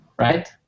right